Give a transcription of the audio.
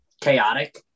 chaotic